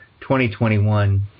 2021